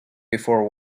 before